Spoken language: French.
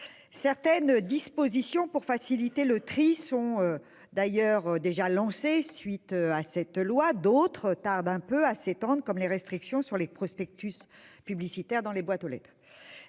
Certaines dispositions pour faciliter le tri sont d'ailleurs déjà lancées à la suite de l'adoption de cette loi. D'autres tardent un peu à s'étendre, comme les restrictions sur les prospectus publicitaires dans les boîtes aux lettres.